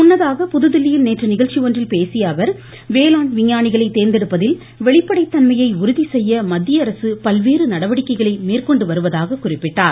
முன்னதாக புதுதில்லியில் நேற்று நிகழ்ச்சி ஒன்றில் பேசிய அவர் வேளாண் விஞ்ஞானிகளை தேர்ந்தெடுப்பதில் வெளிப்படை தன்மையை உறுதிசெய்ய மத்திய நடவடிக்கைகளை மேற்கொண்டு வருவதாக குறிப்பிட்டார்